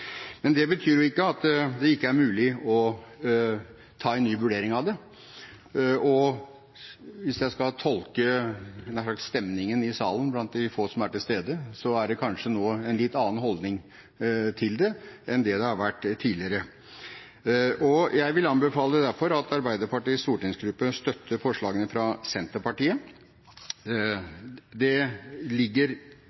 Men det betyr ikke at det ikke er mulig å ta en ny vurdering av det. Og hvis jeg skal tolke stemningen i salen blant de få som er til stede, er det kanskje nå en litt annen holdning til det enn det har vært tidligere. Jeg vil derfor anbefale at Arbeiderpartiets stortingsgruppe støtter forslagene fra Senterpartiet.